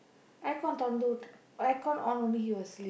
aircon திறந்துவிட்டு:thirandthuvitdu aircon on only he will sleep